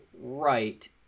right